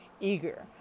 eager